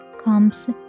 comes